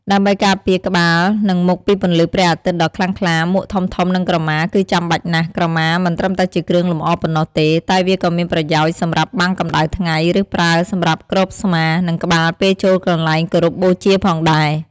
ដើម្បីការពារក្បាល និងមុខពីពន្លឺព្រះអាទិត្យដ៏ខ្លាំងក្លា មួកធំៗ និងក្រមា គឺចាំបាច់ណាស់។ ក្រមាមិនត្រឹមតែជាគ្រឿងលម្អប៉ុណ្ណោះទេ តែវាក៏មានប្រយោជន៍សម្រាប់បាំងកម្ដៅថ្ងៃ ឬប្រើសម្រាប់គ្របស្មា និងក្បាលពេលចូលកន្លែងគោរពបូជាផងដែរ។